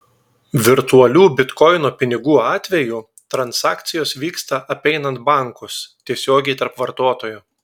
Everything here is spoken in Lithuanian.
virtualių bitkoino pinigų atveju transakcijos vyksta apeinant bankus tiesiogiai tarp vartotojų